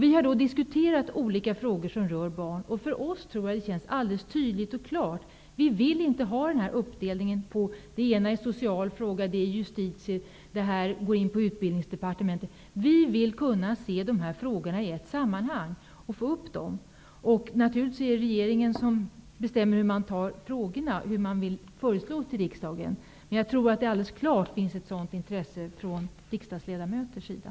Vi har diskuterat olika frågor som berör barn. För oss känns det alldeles tydligt och klart. Vi vill inte ha en uppdelning där det i ena fallet är en social fråga, i andra fallet en fråga för Justitiedepartementet, och att frågan i ett annat fall går in på Utbildningsdepartementets område. Vi vill kunna behandla dessa frågor i ett sammanhang. Det är naturligtvis regeringen som bestämmer hur förslag i dessa frågor presenteras för riksdagen. Men det finns alldeles klart ett sådant intresse från riksdagsledamöternas sida.